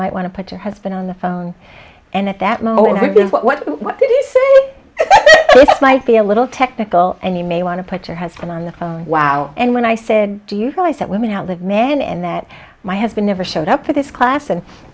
might want to put your husband on the phone and at that moment this is what do you think might be a little technical and you may want to put your husband on the phone wow and when i said do you realize that women outlive men and that my husband never showed up for this class and